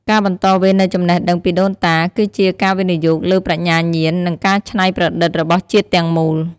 ការបន្តវេននូវចំណេះដឹងពីដូនតា គឺជាការវិនិយោគលើប្រាជ្ញាញាណ និងការច្នៃប្រឌិតរបស់ជាតិទាំងមូល។